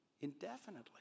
indefinitely